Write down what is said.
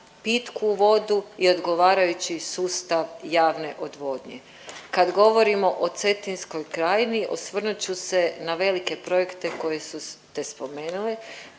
pitku vodu i odgovarajući sustav javne odvodnje. Kad govorimo o Cetinskoj krajini osvrnut ću se na velike projekte koje ste spomenuli